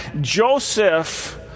Joseph